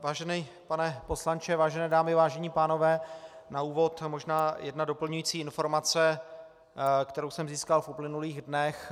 Vážený pane poslanče, vážené dámy, vážení pánové, na úvod možná jedna doplňující informace, kterou jsem získal v uplynulých dnech.